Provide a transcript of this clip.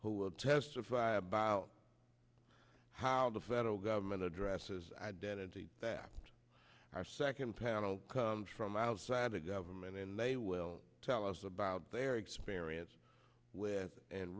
who will testify about how the federal government addresses identity that our second panel comes from outside the government and they will tell us about their experience with and